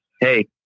Hey